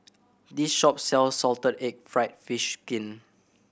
this shop sells salted egg fried fish skin